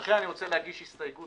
לכן אני רוצה להגיש הסתייגות